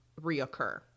reoccur